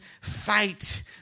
fight